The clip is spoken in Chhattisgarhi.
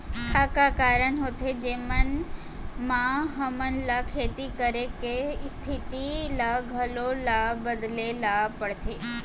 का का कारण होथे जेमन मा हमन ला खेती करे के स्तिथि ला घलो ला बदले ला पड़थे?